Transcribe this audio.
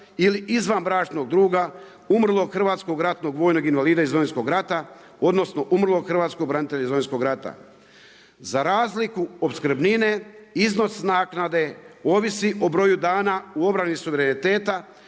ili izvanbračnog druga umrlog hrvatskog ratnog vojnog invalida iz Domovinskog rata odnosno umrlog hrvatskog branitelja iz Domovinskog rata. Za razliku opskrbnine iznos naknade ovisi o broju dana u obrani suvereniteta